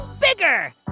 bigger